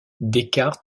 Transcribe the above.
descartes